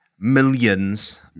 Millions